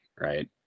right